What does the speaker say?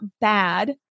bad